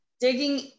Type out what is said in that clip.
Digging